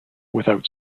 without